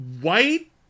White